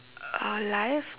uh life